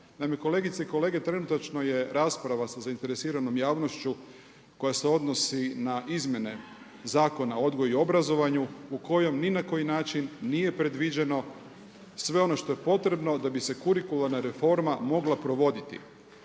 kolegice i kolege trenutačno je rasprava sa zainteresiranom javnošću koja se odnosi na izmjene Zakona o odgoju i obrazovanju u kojem ni na koji način nije predviđeno sve ono što je potrebno da bi se kurikularna reforma mogla provoditi.